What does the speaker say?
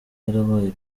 yarabaye